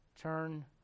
turn